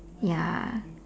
ya